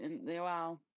Wow